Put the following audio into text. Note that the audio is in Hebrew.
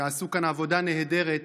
שעשו כאן עבודה נהדרת,